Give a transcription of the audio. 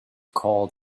called